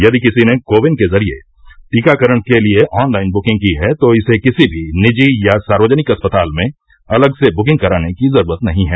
यदि किसी ने को विन के जरिए टीकाकरण के लिए ऑनलाइन बुकिंग की है तो इसे किसी भी निजी या सार्वजनिक अस्पताल में अलग से बुकिंग कराने की जरूरत नहीं है